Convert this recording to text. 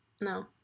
no